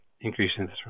increasing